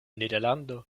nederlando